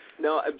No